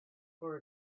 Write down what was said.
for